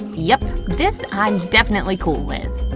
yep this i'm definitely cool with